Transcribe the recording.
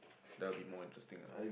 that will be more interesting lah